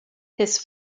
his